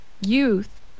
youth